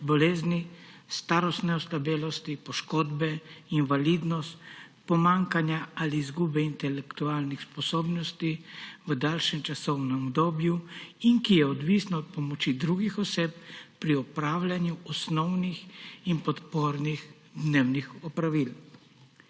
bolezni, starostne oslabelosti, poškodbe, invalidnosti, pomanjkanja ali izgube intelektualnih sposobnosti v daljšem časovnem obdobju in ki je odvisna od pomoči drugih oseb pri opravljanju osnovnih in podpornih dnevnih opravil.